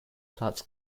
platz